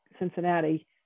Cincinnati